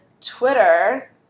Twitter